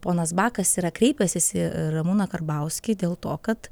ponas bakas yra kreipęsis į ramūną karbauskį dėl to kad